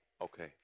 Okay